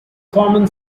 common